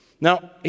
Now